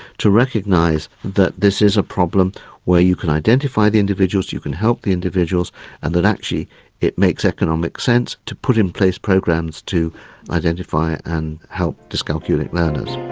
to recognise that this is a problem where you can identify the individuals, you can help the individuals and that actually it makes economic sense to put in place programs to identify and help dyscalculic learners.